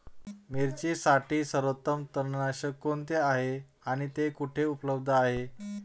मिरचीसाठी सर्वोत्तम तणनाशक कोणते आहे आणि ते कुठे उपलब्ध आहे?